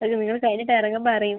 അത് നിങ്ങൾ കഴിഞ്ഞിട്ടിറങ്ങുമ്പം അറിയും